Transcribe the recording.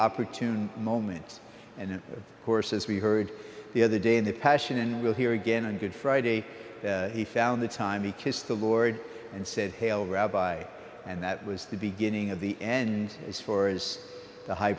opportune moment and of course as we heard the other day in the passion and we'll hear again on good friday he found the time he kissed the lord and said hail rabbi and that was the beginning of the end as far as the high